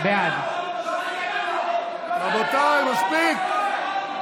בעד רבותיי, מספיק.